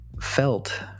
felt